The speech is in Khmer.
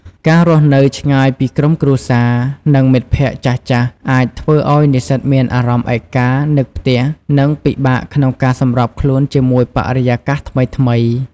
ការរស់នៅឆ្ងាយពីក្រុមគ្រួសារ និងមិត្តភ័ក្តិចាស់ៗ អាចធ្វើឲ្យនិស្សិតមានអារម្មណ៍ឯកា នឹកផ្ទះ និងពិបាកក្នុងការសម្របខ្លួនជាមួយបរិយាកាសថ្មីៗ។